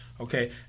Okay